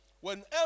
whenever